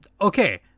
Okay